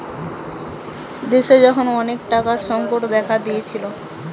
দেশে যখন অনেক টাকার সংকট দেখা দিয়েছিলো